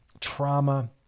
trauma